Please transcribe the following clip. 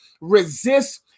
resist